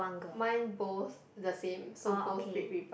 mine both the same so both red ribbon